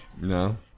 No